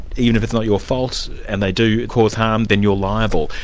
even if it's not your fault and they do cause harm, then you're liable.